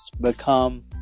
become